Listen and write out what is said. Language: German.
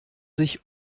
sich